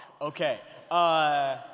okay